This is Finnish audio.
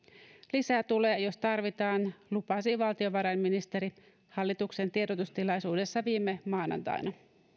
lisää tulee jos tarvitaan lupasi valtiovarainministeri hallituksen tiedotustilaisuudessa viime maanantaina